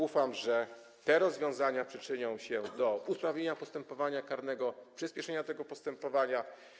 Ufam, że te rozwiązania przyczynią się do usprawnienia postępowania karnego, przyspieszenia tego postępowania.